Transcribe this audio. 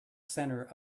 center